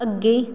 ਅੱਗੇ